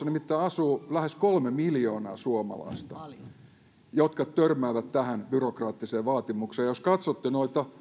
nimittäin asuu lähes kolme miljoonaa suomalaista jotka törmäävät tähän byrokraattiseen vaatimukseen ja jos katsotte